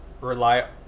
rely